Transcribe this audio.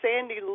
sandy